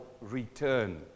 return